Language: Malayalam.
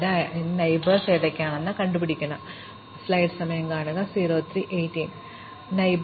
അതിനാൽ 4 ലേക്ക് മടങ്ങിയെത്തിയപ്പോൾ പര്യവേക്ഷണം 1 എന്നതിനപ്പുറം ഇതിന് കൂടുതൽ അയൽക്കാർ ഉണ്ടെന്ന് ഞങ്ങൾ കണ്ടെത്തി